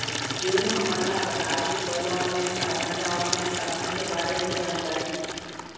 Bill हमन ला पटाए के कोई ऑनलाइन साधन या ऑफलाइन साधन के बारे मे जानकारी?